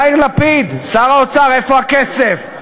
יאיר לפיד, שר האוצר, איפה הכסף?